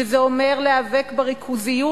שזה אומר להיאבק בריכוזיות,